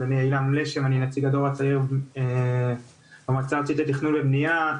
אז אני עילם לשם ואני נציג הדור הצעיר במועצה הארצית לתכנון ובניה.